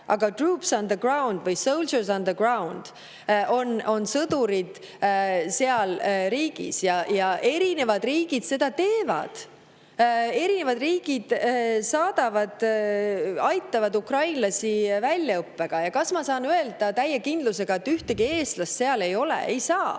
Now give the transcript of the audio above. agatroops on the groundvõisoldiers on the groundon sõdurid seal riigis. Ja seda erinevad riigid teevad, erinevad riigid saadavad [sinna sõdureid], aitavad ukrainlasi väljaõppega. Kas ma saan öelda täie kindlusega, et ühtegi eestlast seal ei ole? Ei saa.